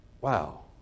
Wow